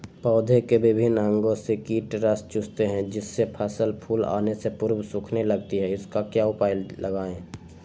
पौधे के विभिन्न अंगों से कीट रस चूसते हैं जिससे फसल फूल आने के पूर्व सूखने लगती है इसका क्या उपाय लगाएं?